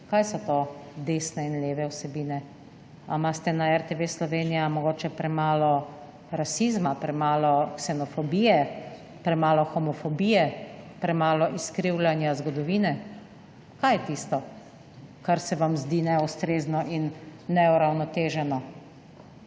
kaj so to desne in leve vsebine? Ali imate na RTV Slovenija mogoče premalo rasizma, premalo ksenofobije, premalo homofonije, premalo izkrivljanja zgodovine? Kaj je tisto, kar se vam zdi neustrezno in neuravnoteženo?